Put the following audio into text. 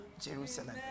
Jerusalem